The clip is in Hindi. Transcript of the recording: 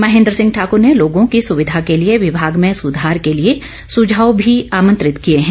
महेन्द्र सिंह ठाकुर ने लोगों की सुविधा के लिए विभाग में सुधार के लिए सुझाव भी आमंत्रित किए हैं